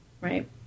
right